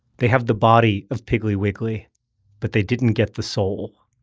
they have the body of piggly wiggly but they didn't get the soul.